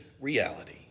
reality